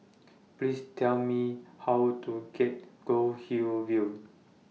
Please Tell Me How to get Goldhill View